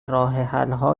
راهحلها